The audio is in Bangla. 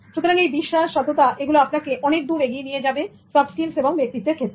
সুতরাং বিশ্বাস সততা এগুলো আপনাকে অনেকদূর এগিয়ে নিয়ে যাবে সফট স্কিলস এবং ব্যক্তিত্বের ক্ষেত্রে